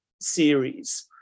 series